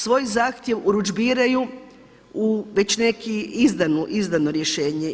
Svoj zahtjev urudžbiraju u već neko izdano rješenje.